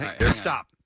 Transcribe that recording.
Stop